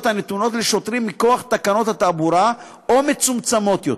הנתונות לשוטרים מכוח תקנות התעבורה או מצומצמות יותר.